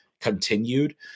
continued